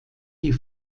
die